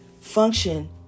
function